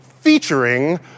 featuring